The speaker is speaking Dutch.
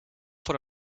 van